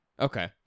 Okay